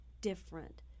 different